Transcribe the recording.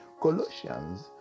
Colossians